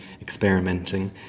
experimenting